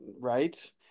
right